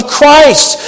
Christ